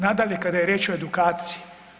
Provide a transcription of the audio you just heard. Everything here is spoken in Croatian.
Nadalje, kada je riječ o edukaciji.